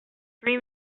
three